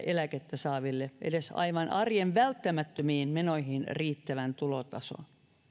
eläkettä saaville edes aivan arjen välttämättömiin menoihin riittävän tulotason